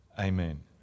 Amen